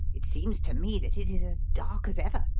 it seems to me that it is as dark as ever.